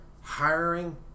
hiring